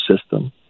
system